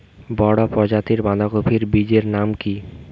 বড় প্রজাতীর বাঁধাকপির বীজের নাম কি?